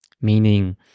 Meaning